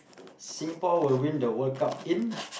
Singapore will win the World Cup in